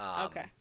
Okay